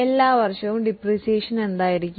എല്ലാ വർഷവും ഡിപ്രീസിയേഷൻ എന്തായിരിക്കും